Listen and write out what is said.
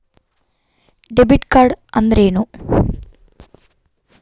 Debit card ಅಂದ್ರೇನು?